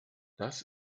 das